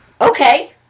okay